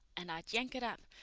and i'd yank it up,